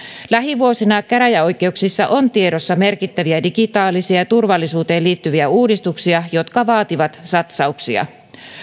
lähivuosina käräjäoikeuksissa on tiedossa merkittäviä digitaalisia ja turvallisuuteen liittyviä uudistuksia jotka vaativat satsauksia